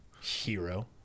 Hero